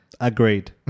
Agreed